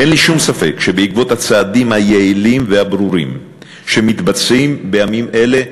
אין לי שום ספק שבעקבות הצעדים היעילים והברורים שמתבצעים בימים אלה,